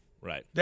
right